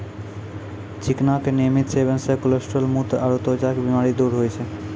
चिकना के नियमित सेवन से कोलेस्ट्रॉल, मुत्र आरो त्वचा के बीमारी दूर होय छै